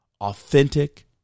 authentic